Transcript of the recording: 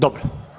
Dobro.